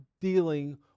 dealing